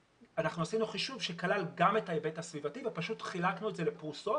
עשינו חישוב שכלל גם את ההיבט הסביבתי ופשוט חילקנו את זה לפרוסות